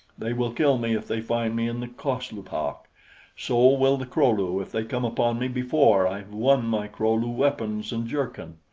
they will kill me if they find me in the coslupak so will the kro-lu if they come upon me before i have won my kro-lu weapons and jerkin.